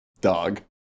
Dog